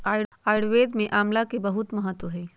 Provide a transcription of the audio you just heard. आयुर्वेद में आमला के बहुत महत्व हई